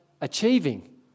achieving